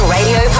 Radio